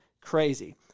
Crazy